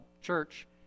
church